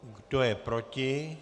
Kdo je proti?